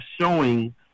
showing